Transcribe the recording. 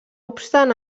obstant